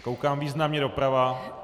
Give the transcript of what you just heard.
Koukám významně doprava.